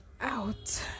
out